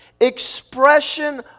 expression